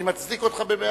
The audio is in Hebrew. אני מצדיק אותך במאה אחוז.